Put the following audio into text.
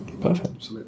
perfect